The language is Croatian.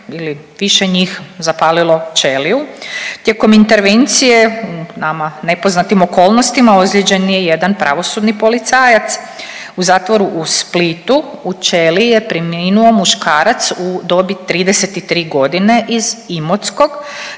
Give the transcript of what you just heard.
ili više njih zapalilo ćeliju. Tijekom intervencije u nama nepoznatim okolnostima ozlijeđen je jedan pravosudni policajac. U zatvoru u Splitu u ćeliji je preminuo muškarac u dobi 33.g. iz Imotskog.